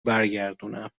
برگردونم